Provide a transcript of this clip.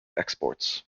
exports